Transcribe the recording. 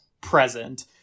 present